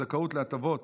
זכאות להטבות